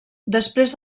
després